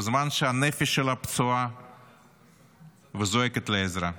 בזמן שהנפש שלה פצועה וזועקת לעזרה.